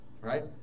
Right